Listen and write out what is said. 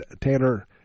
Taylor